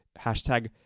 Hashtag